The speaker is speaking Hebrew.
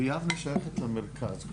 ויבנה שייכת למחוז מרכז.